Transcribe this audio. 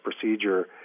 procedure